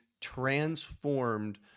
transformed